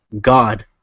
God